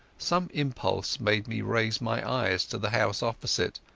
some impulse made me raise my eyes to the house opposite,